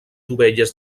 dovelles